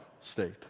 state